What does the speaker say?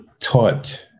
taught